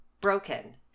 Broken